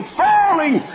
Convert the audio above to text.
falling